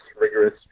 rigorous